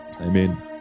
Amen